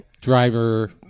driver